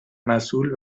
مسول